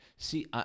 See